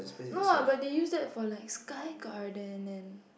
no what but they use that for like Sky-Garden and